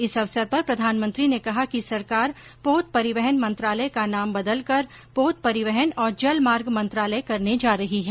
इस अवसर पर प्रधानमंत्री ने कहा कि सरकार पोत परिवहन मंत्रालय का नाम बदलकर पोत परिवहन और जलमार्ग मंत्रालय करने जा रही है